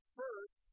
first